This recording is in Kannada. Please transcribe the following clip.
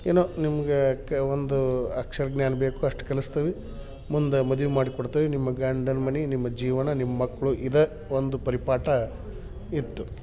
ಏನೋ ನಿಮಗೆ ಕ ಒಂದು ಅಕ್ಷರ ಜ್ಞಾನ ಬೇಕು ಅಷ್ಟು ಕಲಸ್ತೀವಿ ಮುಂದೆ ಮದ್ವೆ ಮಾಡ್ಕೊಡ್ತೀವಿ ನಿಮ್ಮ ಗಂಡನ ಮನೆ ನಿಮ್ಮ ಜೀವನ ನಿಮ್ಮ ಮಕ್ಕಳು ಇದೇ ಒಂದು ಪರಿಪಾಠ ಇತ್ತು